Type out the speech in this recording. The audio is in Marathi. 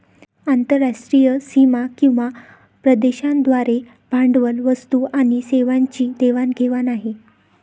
आंतरराष्ट्रीय सीमा किंवा प्रदेशांद्वारे भांडवल, वस्तू आणि सेवांची देवाण घेवाण आहे